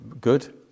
Good